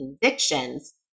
convictions